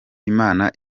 imana